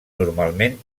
normalment